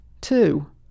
Two